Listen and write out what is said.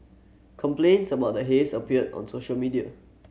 complaints about the haze appeared on social media